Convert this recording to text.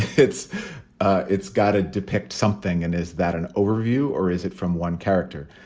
it's ah it's got to depict something. and is that an overview or is it from one character?